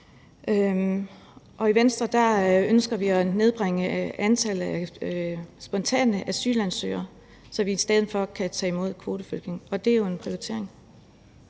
i Venstre ønsker vi at nedbringe antallet af spontane asylansøgere, så vi i stedet for kan tage imod kvoteflygtninge. Og det er jo en prioritering.